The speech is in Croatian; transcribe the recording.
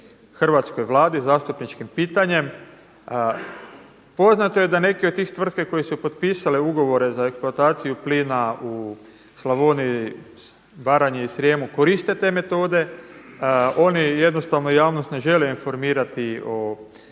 hrvatskoj Vladi zastupničkim pitanjem. Poznato je da neke od tih tvrtki koje su potpisale ugovore za eksploataciju plina u Slavoniji, Baranji i Srijemu koriste te metode. Oni jednostavno javnost ne žele informirati o